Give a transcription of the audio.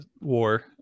war